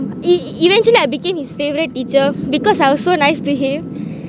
e~ e~ eventually I became his favourite teacher because I was so nice to him